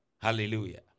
Hallelujah